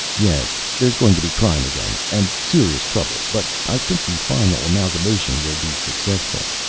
yes. there's going to be crime again, and serious trouble. but i think the final amalgamation will be successful.